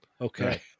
okay